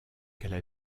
qu’elle